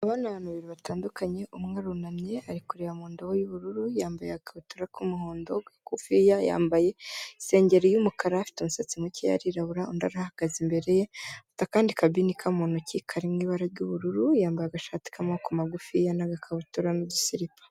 Abana babiri batandukanye umwe arunamye ari kureba mu ndobo y'ubururu yambaye agakabutura k'umuhondo kagufiya ,yambaye isengeri y'umukara ,afite umusatsi mukeya ,arirabura, undi arahagaze imbere ye afita akandi kambinika mu ntoki karirimo ibara ry'ubururu, yambaye agashati y'amaboko magufi n'agakabutura n'udusiripa.